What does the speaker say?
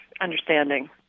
understanding